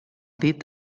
dit